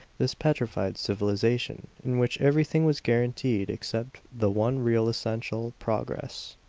this petrified civilization in which everything was guaranteed except the one real essential progress.